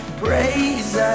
praise